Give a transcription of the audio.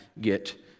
get